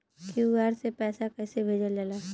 QR से पैसा कैसे भेजल जाला?